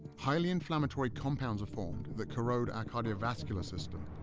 highly inflammatory compounds are formed that corrode our cardiovascular system.